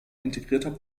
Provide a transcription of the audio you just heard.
integrierter